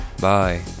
Bye